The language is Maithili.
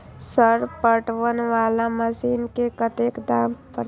सर पटवन वाला मशीन के कतेक दाम परतें?